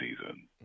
season